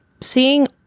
seeing